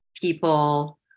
people